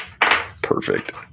Perfect